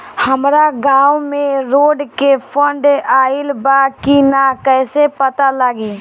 हमरा गांव मे रोड के फन्ड आइल बा कि ना कैसे पता लागि?